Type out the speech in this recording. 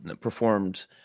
performed